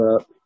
up